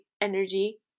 energy